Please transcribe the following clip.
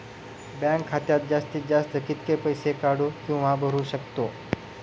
Bank खात्यात जास्तीत जास्त कितके पैसे काढू किव्हा भरू शकतो?